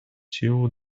tiu